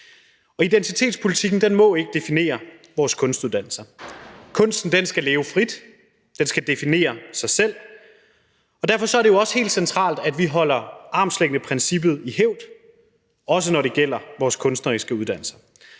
og identitetspolitikken må ikke definere vores kunstuddannelser. Kunsten skal leve frit, den skal definere sig selv, og derfor er det jo også helt centralt, at vi holder armslængdeprincippet i hævd, også når det gælder vores kunstneriske uddannelser.